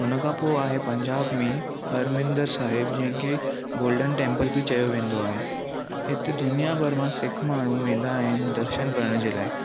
हुन खां पोइ आहे पंजाब में हरमिंदर साहिब जिंहिं खे गोल्डन टेम्पल बि चयो वेंदो आहे हिते दुनिया भर मां सिख माण्हू वेंदा आहिनि दर्शन करण जे लाइ